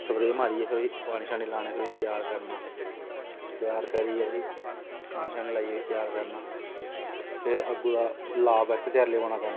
spray मारियै पानी लाना फिर त्यार करना पानी लाइयै इसी पानी लाइयै त्यार इसी फिर अग्गुआं त्यार करी लग्गी पौना करना